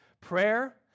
prayer